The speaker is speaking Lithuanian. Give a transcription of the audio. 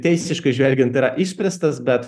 teisiškai žvelgiant tai yra išspręstas bet